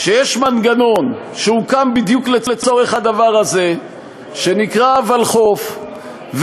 יש מנגנון שהוקם בדיוק לצורך הדבר הזה שנקרא ולחו"ף,